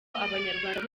abanyarwanda